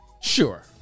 sure